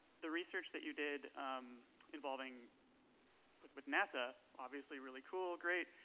the research that you did involving with with nasa obviously really cool, great.